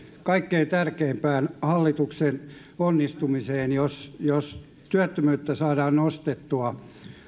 kaikkein tärkeimpään hallituksen onnistumiseen että jos työttömyyttä saadaan nostettua